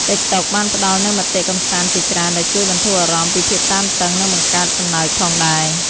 តិកតុកបានផ្ដល់នូវមាតិកាកម្សាន្តជាច្រើនដែលជួយបន្ធូរអារម្មណ៍ពីភាពតានតឹង និងបង្កើតសំណើចផងដែរ។